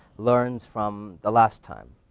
learns from the last time.